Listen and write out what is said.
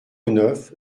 neuf